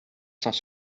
sans